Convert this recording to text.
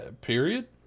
Period